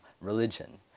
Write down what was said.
religion